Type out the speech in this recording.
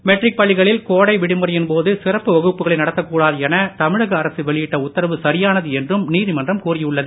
matric பள்ளிகளில் கோடை விடுமுறையின் போது சிறப்பு வகுப்புகளை நடத்தக் கூடாது என தமிழக அரசு வெளியிட்ட உத்தரவு சரியானது என்றும் நீதிமன்றம் கூறியுள்ளது